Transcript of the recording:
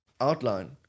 outline